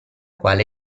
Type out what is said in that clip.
quale